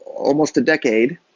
almost a decade,